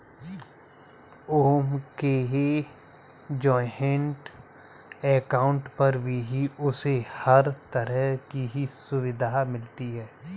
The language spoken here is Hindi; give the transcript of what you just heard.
ओम के जॉइन्ट अकाउंट पर भी उसे हर तरह की सुविधा मिलती है